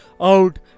out